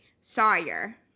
Sawyer